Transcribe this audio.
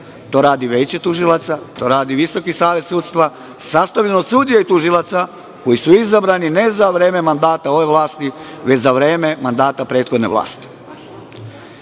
To radi veće tužilaca, to radi Visoki savet sudstva, sastavljen od sudija i tužilaca koji su izabrani ne za vreme mandata ove vlasti, već za vreme mandata prethodne vlasti. Ne